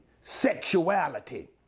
sexuality